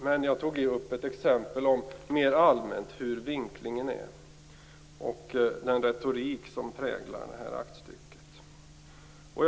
Men jag har tagit upp mer allmänt exempel på vinklingen och den retorik som präglar aktstycket.